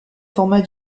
format